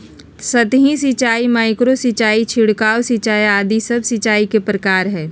सतही सिंचाई, माइक्रो सिंचाई, छिड़काव सिंचाई आदि सब सिंचाई के प्रकार हय